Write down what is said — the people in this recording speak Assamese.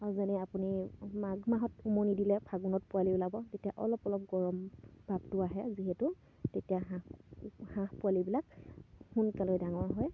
যেনে আপুনি মাঘ মাহত উমনি দিলে ফাগুণত পোৱালি ওলাব তেতিয়া অলপ অলপ গৰম ভাৱটো আহে যিহেতু তেতিয়া হাঁহ হাঁহ পোৱালিবিলাক সোনকালে ডাঙৰ হয়